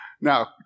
Now